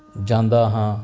ਜਾਂਦਾ ਹਾਂ